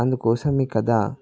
అందుకోసం ఈ కథ